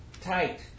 tight